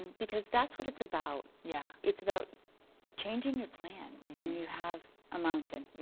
because that's what it's about. yeah it's about changing your plan when you have a mountain.